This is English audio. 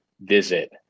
visit